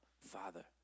Father